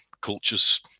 culture's